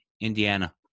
indiana